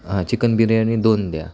हां चिकन बिर्याणी दोन द्या